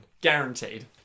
guaranteed